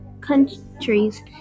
countries